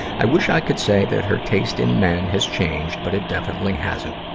i wish i could say that her taste in men has changed, but it definitely hasn't.